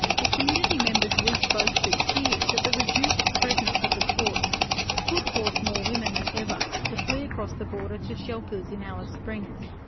but community members we spoke to feared that the reduced presence of the courts could force more women than ever to flee across the border to shelters in alice springs,